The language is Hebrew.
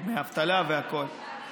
דמי אבטלה והכול.